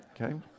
Okay